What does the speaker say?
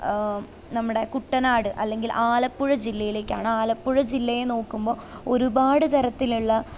നമ്മുടെ കുട്ടനാട് അല്ലെങ്കിൽ ആലപ്പുഴ ജില്ലയിലേക്കാണ് ആലപ്പുഴ ജില്ലയെ നോക്കുമ്പോള് ഒരുപാട് തരത്തിലുള്ള